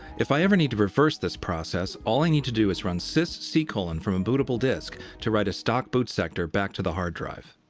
if i ever need to reverse this process, all i need to do is run sys c and from a bootable disk to write a stock boot sector back to the hard drive.